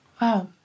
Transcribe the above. Wow